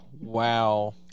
wow